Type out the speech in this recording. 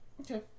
Okay